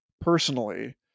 personally